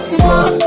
more